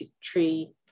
Tree